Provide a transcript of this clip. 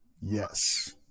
Yes